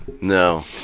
No